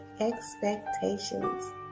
expectations